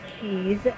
cheese